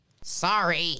Sorry